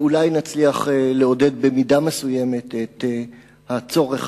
ואולי נצליח לעודד במידה מסוימת את הצורך